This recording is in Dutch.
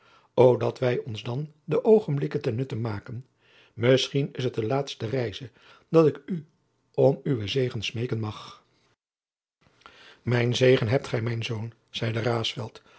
dat wij ons dan de oogenblikken ten nutte maken misschien is het de laatste reize dat ik u om uwen zegen smeken mag mijnen zegen hebt gij mijn zoon zeide